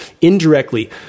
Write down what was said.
Indirectly